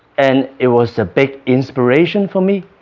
and it was a big inspiration for me